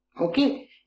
Okay